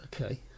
Okay